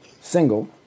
single